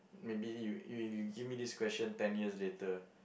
maybe you you give me this question ten years later